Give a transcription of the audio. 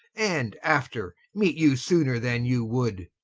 and after meete you, sooner then you would.